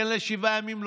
כן לשבעה ימים,